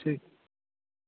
ठीक